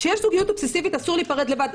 כשיש זוגיות אובססיבית אסור להיפרד לבד.